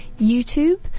YouTube